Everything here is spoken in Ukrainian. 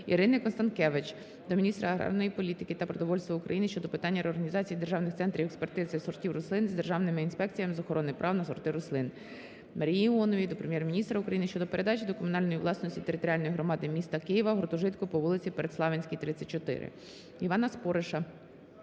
Ірини Констанкевич до міністра аграрної політики та продовольства України щодо питання реорганізації державних центрів експертизи сортів рослин з державними інспекціями з охорони прав на сорти рослин. Марії Іонової до Прем'єр-міністра України щодо передачі до комунальної власності територіальної громади міста Києва гуртожитку по вулиці Предславинській, 34. Івана Спориша